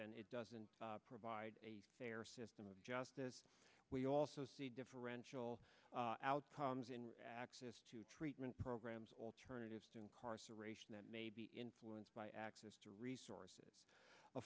and it doesn't provide a fair system of justice we also see differential outcomes in access to treatment programs alternatives to incarceration that may be influenced by access to resources a